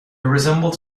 resembled